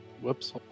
Whoops